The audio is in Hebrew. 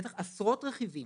בטח, עשרות רכיבים,